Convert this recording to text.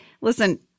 Listen